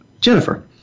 Jennifer